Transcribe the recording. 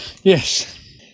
yes